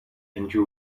and